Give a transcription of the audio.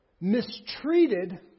mistreated